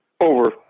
over